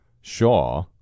Shaw